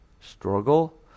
struggle